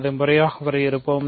அதை முறையாக வரையறுப்போம்